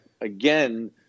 again –